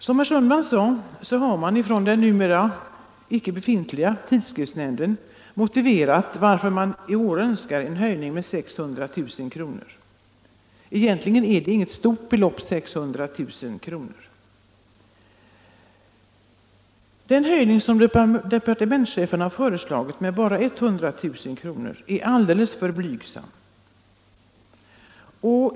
Som herr Sundman sade har den numera icke befintliga tidskriftshnämnden motiverat varför den i år önskar en höjning med 600 000 kr. Egentligen är det inte något stort belopp. Den höjning som departementschefen föreslår — 100 000 kr. — är alldeles för blygsam.